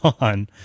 on